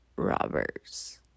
robbers